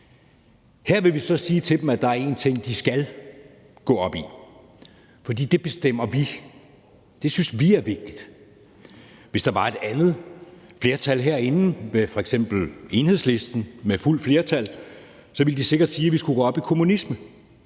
Her vil vi så sige til dem, at der er én ting, de skal gå op i, for det bestemmer vi, det synes vi er vigtigt. Hvis der var et andet flertal herinde og f.eks. Enhedslisten havde fuldt flertal, så ville de sikkert sige, at vi skulle gå op i kommunisme,